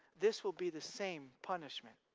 this will be the same punishment